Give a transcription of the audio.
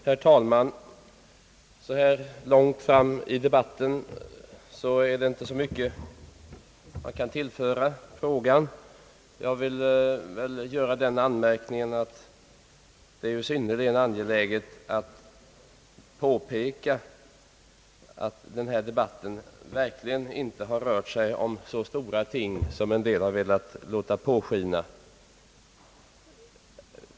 Herr talman! Så här långt framme i debatten är det inte så mycket man kan tillföra diskussionen. Jag vill göra den anmärkningen att det är synnerligen angeläget att påpeka att denna debatt verkligen inte rör sig om så stora ting som en del talare har velat låta påskina.